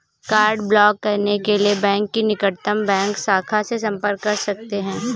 card block करने के लिए बैंक की निकटतम बैंक शाखा से संपर्क कर सकते है